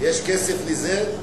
יש כסף לזה?